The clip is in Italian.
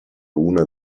una